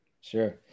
Sure